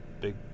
big